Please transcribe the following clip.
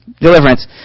deliverance